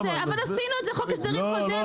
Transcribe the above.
עשינו את זה בחוק ההסדרים הקודם,